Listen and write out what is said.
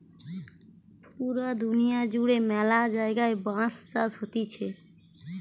পুরা দুনিয়া জুড়ে ম্যালা জায়গায় বাঁশ চাষ হতিছে